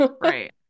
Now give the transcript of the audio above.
Right